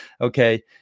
Okay